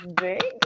big